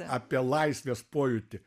apie laisvės pojūtį